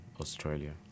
Australia